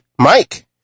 Mike